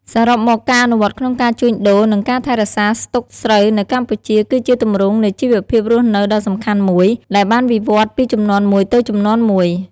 សរុបមក ការអនុវត្តក្នុងការជួញដូរ និងការថែរក្សាស្តុកស្រូវនៅកម្ពុជា គឺជាទម្រង់នៃជីវភាពរស់នៅដ៏សំខាន់មួយ ដែលបានវិវឌ្ឍន៍ពីជំនាន់មួយទៅជំនាន់មួយ។